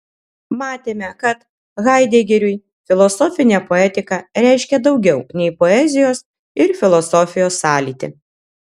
matėme kad haidegeriui filosofinė poetika reiškia daugiau nei poezijos ir filosofijos sąlytį